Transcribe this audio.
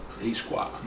A-Squad